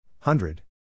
hundred